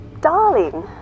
Darling